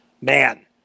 man